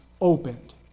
opened